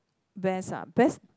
best ah best